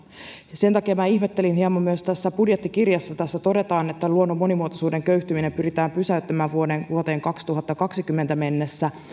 sen takia minä ihmettelin hieman myös kun tässä budjettikirjassa todetaan että luonnon monimuotoisuuden köyhtyminen pyritään pysäyttämään vuoteen kaksituhattakaksikymmentä mennessä